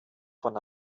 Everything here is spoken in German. von